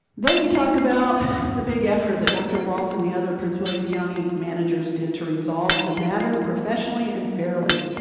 then you talk about the big effort that dr. waltz and the other prince william county managers did to resolve the matter professionally and fairly.